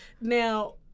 Now